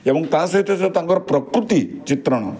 ଏବଂ ତାସହିତ ସହିତ ତାଙ୍କର ପ୍ରକୃତି ଚିତ୍ରଣ